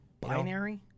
Binary